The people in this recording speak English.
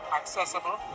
accessible